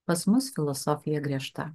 pas mus filosofija griežta